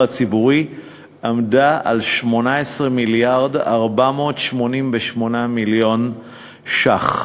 הציבורי עמדה על 18.488 מיליארד שקל.